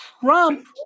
Trump